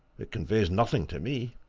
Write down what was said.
it conveys nothing to me!